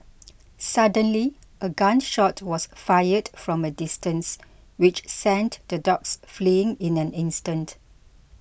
suddenly a gun shot was fired from a distance which sent the dogs fleeing in an instant